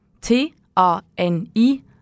T-A-N-I